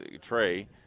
Trey